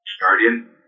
Guardian